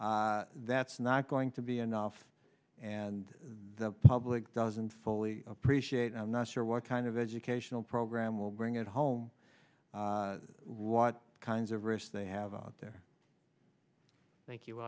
you that's not going to be enough and the public doesn't fully appreciate i'm not sure what kind of educational program will bring it home what kinds of risks they have there thank you